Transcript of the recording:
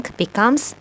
becomes